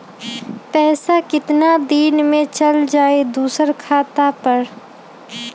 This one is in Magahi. पैसा कितना दिन में चल जाई दुसर खाता पर?